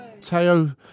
Teo